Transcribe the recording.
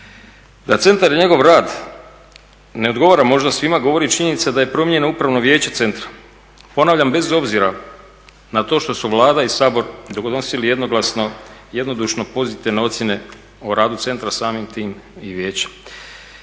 Da centar i njegov rad ne odgovara možda svima govori činjenica da je promijenjeno Upravno vijeće centra. Ponavljam, bez obzira na to što su Vlada i Sabor donosili jednoglasno jednodušno pozitivne ocjene o radu centra samim tim i vijeća.